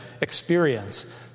experience